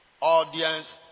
Audience